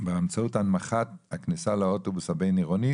הנמכת הכניסה לאוטובוס הבין-עירוני,